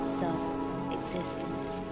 self-existence